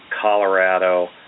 Colorado